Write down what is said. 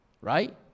right